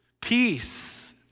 Peace